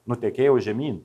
nutekėjo žemyn